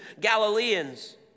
Galileans